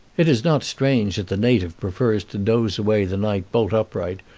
it is not strange that the native prefers to doze away the night bolt-upright,